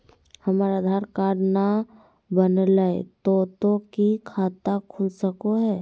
हमर आधार कार्ड न बनलै तो तो की खाता खुल सको है?